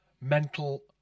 mental